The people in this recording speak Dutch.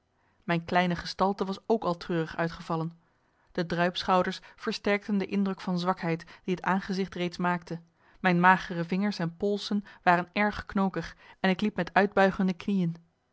mijn kleine gestalte was ook al treurig uitgevallen de druipschouders versterkten de indruk van zwakheid die het aangezicht reeds maakte mijn magere vingers en polsen waren erg knokig en ik liep met uitbuigende knieën